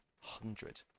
hundred